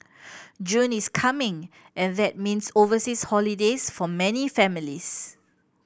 is coming and that means overseas holidays for many families